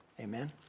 Amen